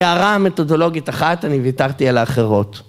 ‫הערה המתודולוגית אחת, ‫אני ויתרתי על האחרות.